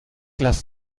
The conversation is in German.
lass